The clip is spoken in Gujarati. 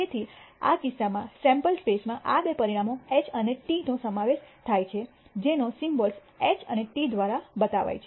તેથી આ કિસ્સામાં સેમ્પલ સ્પેસ માં આ બે પરિણામો H અને Tનો સમાવેશ થાય છે જેનો સિમ્બોલ્સ H અને T દ્વારા બતાવાઈ છે